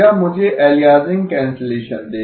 तो यह मुझे अलियासिंग कैंसलेशन देगा